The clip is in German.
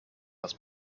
was